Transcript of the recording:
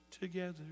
together